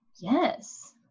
yes